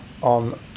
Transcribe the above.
on